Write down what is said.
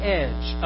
edge